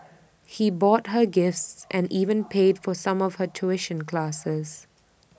he bought her gifts and even paid for some of her tuition classes